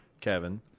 Kevin